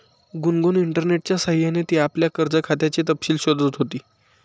गुनगुन इंटरनेटच्या सह्याने ती आपल्या कर्ज खात्याचे तपशील शोधत होती